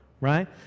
right